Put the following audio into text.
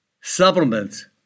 supplements